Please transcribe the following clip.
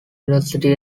university